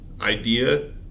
idea